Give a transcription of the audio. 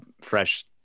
fresh